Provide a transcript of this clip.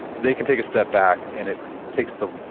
they can take a step back and it takes the,